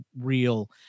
real